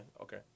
Okay